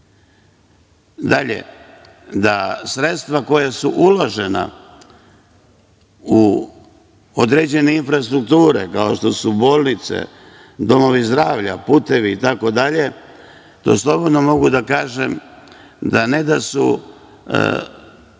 godina. Dalje, da sredstva koja su uložena u određene infrastrukture, kao što su bolnice, domovi zdravlja, putevi itd, to slobodno mogu da kažem, da ne da su